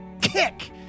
kick